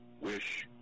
wish